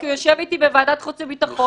כי הוא יושב איתי בוועדת חוץ וביטחון,